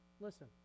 Listen